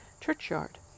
churchyard